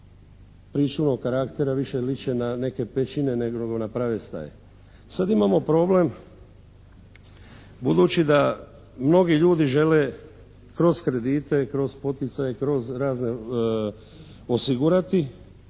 pričuvnog karaktera, više liče na neke pećine nego na prave staje. Sada imamo problem budući da mnogi ljudi žele kroz kredite, kroz poticaje, kroz razne osigurati,